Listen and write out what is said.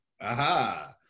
Aha